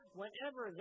whenever